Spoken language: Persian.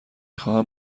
خواهم